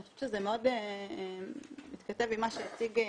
אני חושבת שזה מאוד מתכתב עם מה שהציג פרופ'